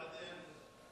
ובעדין?